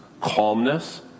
calmness